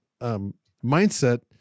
mindset